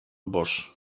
bos